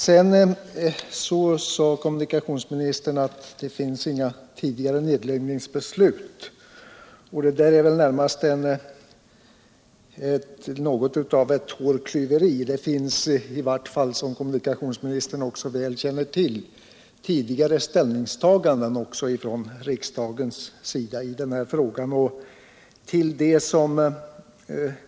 Sedan sade kommunikationsministern att det inte finns något tidigare nedläggningsbeslut. Det är fråga om något av ett hårklyveri. Det finns i vart fall, som kommunikationsministern känner väl till, tidigare ställningstagande från riksdagens sida i den här frågan, liksom beslut från den tidigare regeringen.